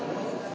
Hvala